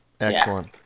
excellent